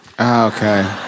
Okay